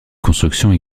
constructions